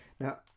Now